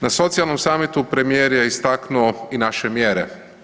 Na socijalnom samitu premijer je istaknuo i naše mjere.